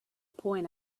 point